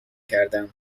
کردم